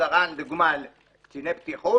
למשל, עשרה קציני בטיחות